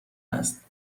است